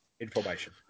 information